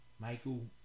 Michael